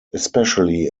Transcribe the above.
especially